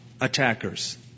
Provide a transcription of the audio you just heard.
attackers